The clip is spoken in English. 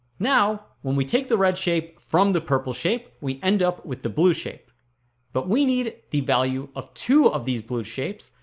now when we take the red shape from the people shape we end up with the blue shape but we need the value of two of these blue shapes.